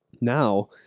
now